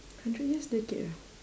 hundred years decade ah